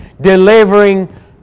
delivering